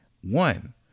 One